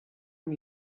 amb